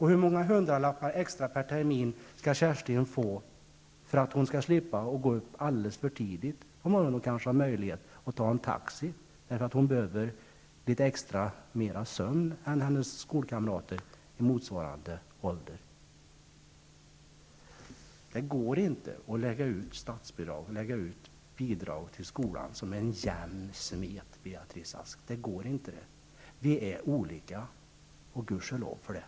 Hur många hundralappar extra per termin skall Kerstin få för att hon skall slipa gå upp alldeles för tidigt, om hon har möjlighet att ta en taxi, därför att hon behöver litet mer sömn än hennes skolkamrater i motsvarande ålder? Det går inte att lägga ut bidrag till skolan som en jämn smet, Beatrice Ask. Det går inte. Vi är olika, och gudskelov för det!